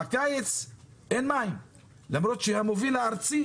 ובקיץ אין מים למרות שהמוביל הארצי